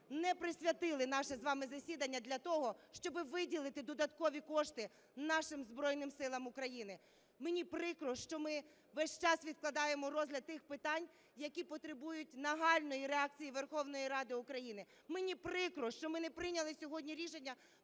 не присвятили наше з вами засідання для того, щоб виділити додаткові кошти нашим Збройним Силам України. Мені прикро, що ми весь час відкладаємо розгляд тих питань, які потребують нагальної реакції Верховної Ради України. Мені прикро, що ми не прийняли сьогодні рішення